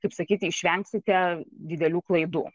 kaip sakyti išvengsite didelių klaidų